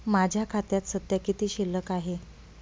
माझ्या खात्यात सध्या किती शिल्लक आहे?